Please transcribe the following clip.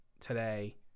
today